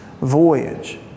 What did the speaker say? voyage